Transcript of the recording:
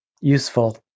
useful